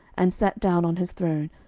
and sat down on his throne,